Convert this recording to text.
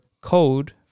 code